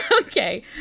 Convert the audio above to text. Okay